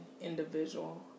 individual